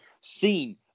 seen